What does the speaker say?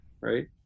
Right